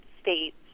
states